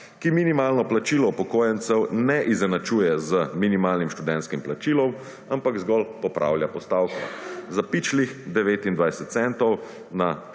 ki minimalno plačilo upokojencev ne izenačuje z minimalnim študentskim plačilom, ampak zgolj popravlja postavko za pičlih 29 centov na